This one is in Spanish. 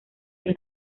del